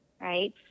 right